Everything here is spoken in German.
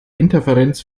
interferenz